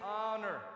honor